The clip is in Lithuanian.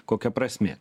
kokia prasmė